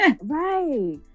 right